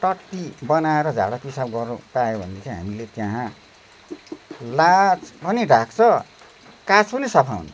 टट्टी गन्हाएर झाडापिसाब गर्नु पायो भने चाहिँ हामीले त्यहाँ लाज पनि ढाक्छ काँस पनि सफा हुन्छ